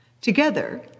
Together